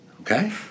Okay